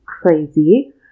crazy